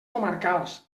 comarcals